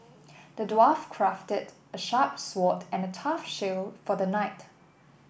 the dwarf crafted a sharp sword and a tough shield for the knight